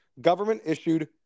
government-issued